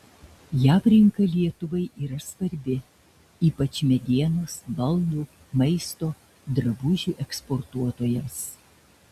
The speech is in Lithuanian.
jav rinka lietuvai yra svarbi ypač medienos baldų maisto drabužių eksportuotojams